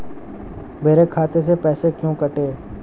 मेरे खाते से पैसे क्यों कटे?